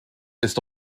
ist